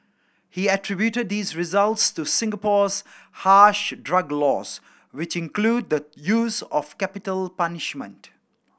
he attributed these results to Singapore's harsh drug laws which include the use of capital punishment